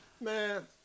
man